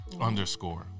underscore